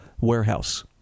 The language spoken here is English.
Warehouse